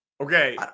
Okay